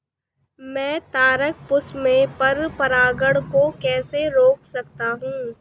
मैं तारक पुष्प में पर परागण को कैसे रोक सकता हूँ?